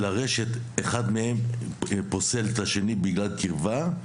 אחד ממוסדות הרשת פוסל את השני בגלל קרבה,